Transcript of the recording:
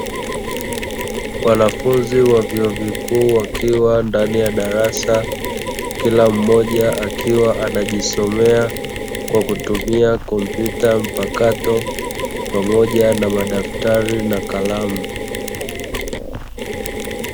Wanafunzi wa vyuo vikuu wakiwa ndani ya darasa, kila mmoja akiwa anajisomea kwa kutumia kompyuta mpakato pamoja na madaftari na Kalamu.